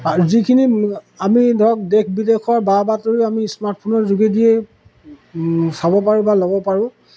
আৰু যিখিনি আমি ধৰক দেশ বিদেশৰ বা বাতৰি আমি স্মাৰ্টফোনৰ যোগেদিয়ে চাব পাৰোঁ বা ল'ব পাৰোঁ